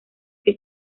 que